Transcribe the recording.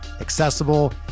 accessible